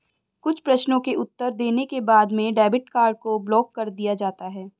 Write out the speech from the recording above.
कुछ प्रश्नों के उत्तर देने के बाद में डेबिट कार्ड को ब्लाक कर दिया जाता है